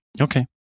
okay